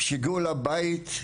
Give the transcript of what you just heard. כשהגיעו לבית,